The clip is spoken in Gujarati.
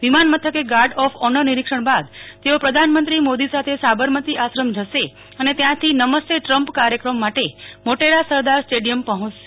વિમાનમથકે ગાર્ડ ઓફ ઓનર નિરીક્ષણ બાદ તેઓ પ્રધાનમંત્રી મોદી સાથે સાબરમતિ આશ્રમ જશે અને ત્યાંથી નમસ્તે ટ્રમ્પ કાર્યક્રમ માટે મોટેરા સરદાર સ્ટેડિયમ પહોંચશે